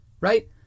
right